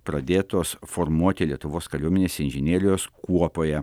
pradėtos formuoti lietuvos kariuomenės inžinerijos kuopoje